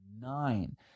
nine